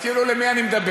אז כאילו אל מי אני מדבר?